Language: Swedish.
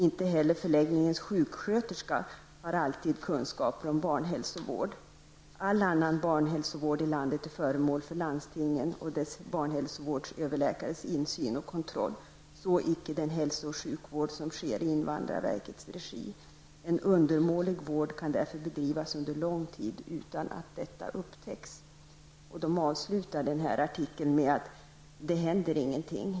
Inte heller förläggningens sjuksköterska har alltid kunskaper om barnhälsovård, säger de. Vidare säger de så här: ''All annan barnhälsovård i landet är föremål för landstingens och dess barnhälsovårdsöverläkares insyn och kontroll -- så icke den hälso och sjukvård som sker i invandrarverkets regi. En undermålig vård kan därför bedrivas under lång tid utan att detta upptäcks.''. De avslutar artikeln med att säga att det inte händer någonting.